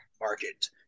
market